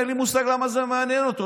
אין לי מושג למה זה מעניין אותו.